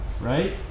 right